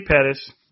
Pettis